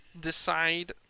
decide